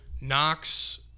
Knox